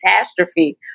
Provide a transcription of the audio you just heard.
catastrophe